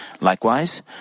Likewise